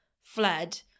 fled